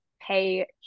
pay